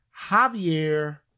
Javier